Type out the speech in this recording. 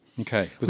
Okay